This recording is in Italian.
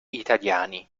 italiani